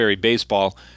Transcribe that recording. baseball